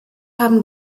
haben